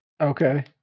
Okay